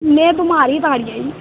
में बीमार ही तां नेईं आई